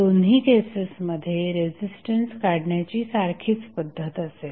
दोन्ही केसेसमध्ये रेझिस्टन्स काढण्याची सारखीच पद्धत असेल